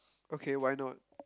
okay why not